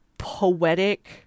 poetic